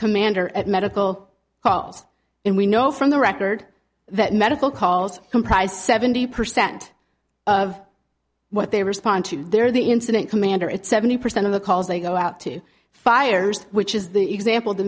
commander at medical calls and we know from the record that medical calls comprise seventy percent of what they respond to their the incident commander it's seventy percent of the calls they go out to fires which is the example t